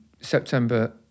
September